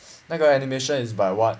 那个 animation is by what